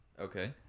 okay